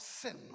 sin